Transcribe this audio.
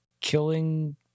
killing